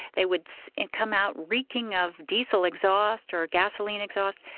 they would so and come out reeking of diesel exhaust, or gasoline exhaust,